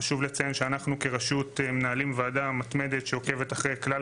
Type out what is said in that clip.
חשוב לציין שאנחנו כרשות מנהלים ועדה מתמדת שעוקבת אחרי כלל